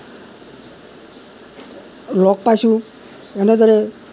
লগ পাইছোঁ এনেদৰেই